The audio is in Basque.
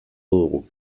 dugu